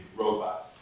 robots